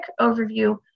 overview